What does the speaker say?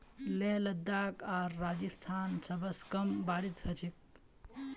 लेह लद्दाख आर राजस्थानत सबस कम बारिश ह छेक